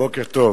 בוקר טוב.